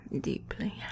Deeply